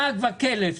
לעג וקלס.